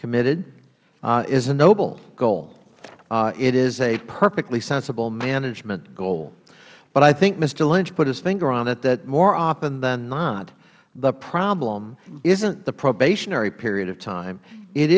committed is a noble goal it is a perfectly sensible management goal but i think mister lynch put his finger on it more often than not the problem isnt the probationary period of time it